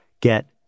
Get